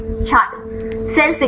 छात्र cell signalling